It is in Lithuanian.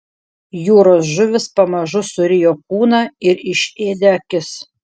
jūros žuvys pamažu surijo kūną ir išėdė akis